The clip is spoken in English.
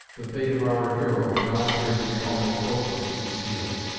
the fate of our hero now appeared to be almost hopelessly sealed.